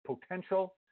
potential